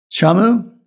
Shamu